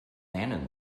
lennon